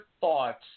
thoughts